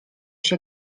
się